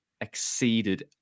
exceeded